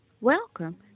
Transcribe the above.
Welcome